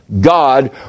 God